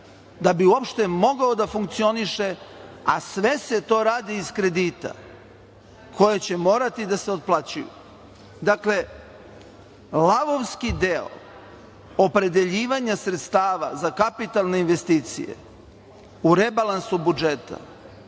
da bi uopšte mogao da funkcioniše, a sve se to radi iz kredita koji će morati da se otplaćuju. Dakle, lavovski deo opredeljivanja sredstava za kapitalne investicije u rebalansu budžeta